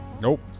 Nope